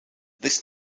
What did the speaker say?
this